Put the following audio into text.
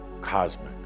cosmic